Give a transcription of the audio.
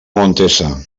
montesa